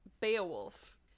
Beowulf